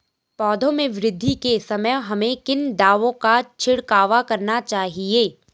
पौधों में वृद्धि के समय हमें किन दावों का छिड़काव करना चाहिए?